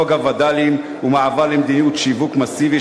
חוק הווד"לים ומעבר למדיניות שיווק מסיבי